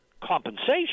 compensation